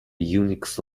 unix